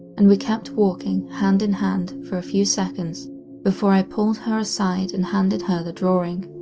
and we kept walking hand in hand for a few seconds before i pulled her aside and handed her the drawing.